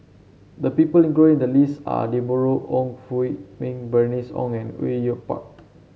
the people included in the list are Deborah Ong Hui Min Bernice Ong and Au Yue Pak